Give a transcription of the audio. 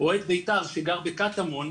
אוהד בית"ר שגר בקטמון,